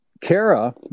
Kara